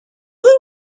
woot